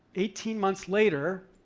eighteen months later,